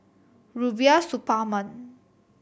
Rubiah Suparman